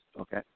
Okay